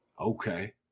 okay